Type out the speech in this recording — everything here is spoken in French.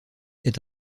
est